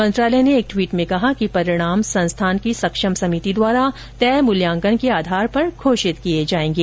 मंत्रालय ने एक ट्वीट में कहा कि परिणाम संस्थान की सक्षम समिति द्वारा तय मूल्यांकन के आधार पर घोषित किए जाएंगे